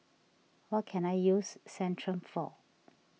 what can I use Centrum for